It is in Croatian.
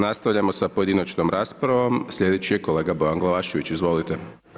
Nastavljamo sa pojedinačnom raspravom, slijedeći je kolega Bojan Glavašević, izvolite.